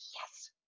yes